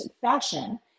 fashion